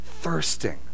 thirsting